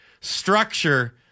structure